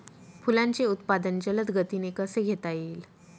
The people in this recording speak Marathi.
फुलांचे उत्पादन जलद गतीने कसे घेता येईल?